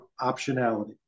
optionality